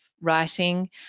writing